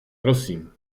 prosím